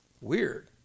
weird